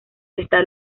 está